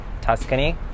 tuscany